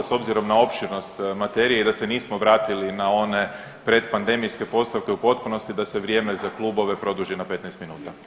S obzirom na opširnost materije i da se nismo vratili na one predpandemijske postavke u potpunosti, da se vrijeme za klubove produži na 15 minuta.